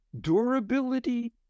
durability